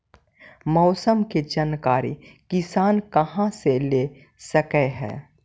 मौसम के जानकारी किसान कहा से ले सकै है?